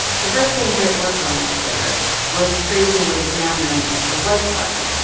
the first thing britt worked on at twitter was creating what is now known as the like button.